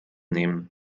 nehmen